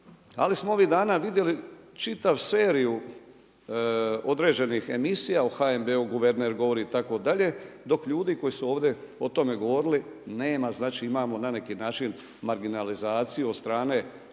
Ali smo ovih dana vidjeli čitavu seriju određenih emisija o HNB-u guverner govori itd., dok ljudi koji su ovdje o tome govorili nema. Znači imamo na neki način marginalizaciju od strane o.k.,